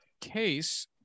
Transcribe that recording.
case